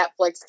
Netflix